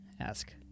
ask